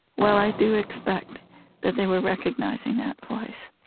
well, i do expect that they were recognizing that voice.